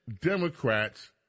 Democrats